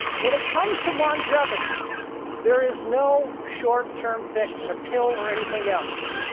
when it comes to longevity there is no short term fix in a pill or anything else.